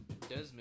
Desmond